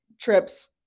trips